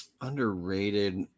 Underrated